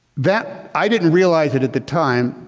that i didn't realize it at the time,